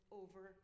over